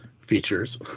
features